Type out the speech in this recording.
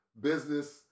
Business